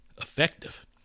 effective